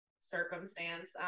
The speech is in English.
circumstance